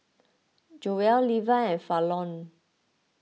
Joelle Leva and Fallon